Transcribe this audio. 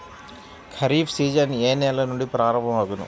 Kharif season ఏ నెల నుండి ప్రారంభం అగును?